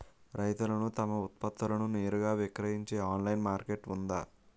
రైతులు తమ ఉత్పత్తులను నేరుగా విక్రయించే ఆన్లైన్ మార్కెట్ ఉందా?